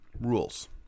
rules